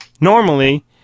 normally